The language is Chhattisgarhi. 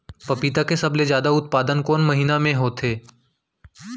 पपीता के सबले जादा उत्पादन कोन महीना में होथे?